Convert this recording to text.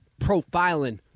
profiling